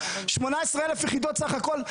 18,000 יחידות סך הכל.